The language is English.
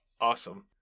Awesome